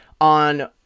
on